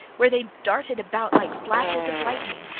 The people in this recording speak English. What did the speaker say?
where they darted about like flashes of lightning.